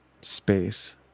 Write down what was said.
space